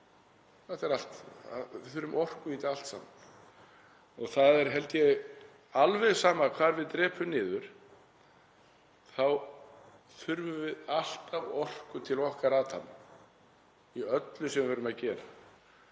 eða við ylrækt. Við þurfum orku í þetta allt saman. Það er, held ég, alveg sama hvar við drepum niður, við þurfum alltaf orku til okkar athafna í öllu sem við erum að gera.